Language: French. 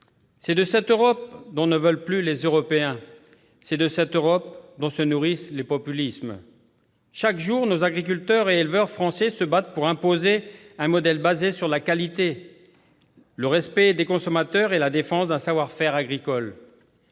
C'est de cette Europe que ne veulent plus les Européens. C'est de cette Europe que se nourrissent les populismes. Chaque jour, nos agriculteurs et éleveurs français se battent pour imposer un modèle basé sur la qualité, sur le respect des consommateurs et sur la défense d'un savoir-faire agricole.